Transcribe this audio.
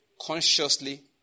consciously